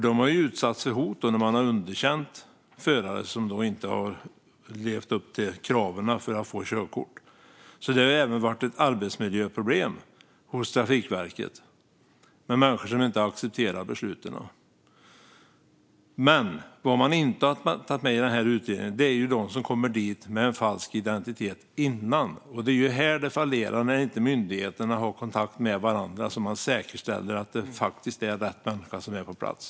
De har utsatts för hot när de har underkänt förare som inte har levt upp till kraven för att få körkort. Det har alltså även varit ett arbetsmiljöproblem hos Trafikverket när människor inte accepterar besluten. Vad man inte har tagit med i den här utredningen är de som kommer dit med en falsk identitet, och det är här det fallerar när myndigheterna inte har kontakt med varandra och kan säkerställa att det faktiskt är rätt människa som är på plats.